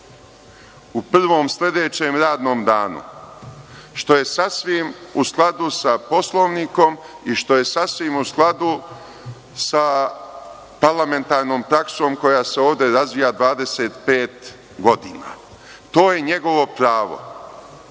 u prvom sledećem radnom danu, što je sasvim u skladu sa Poslovnikom i što je sasvim u skladu sa parlamentarnom praksom koja se ovde razvija 25 godina. To je njegovo pravo.